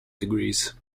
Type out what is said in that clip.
degrees